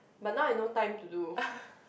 but now I no time to do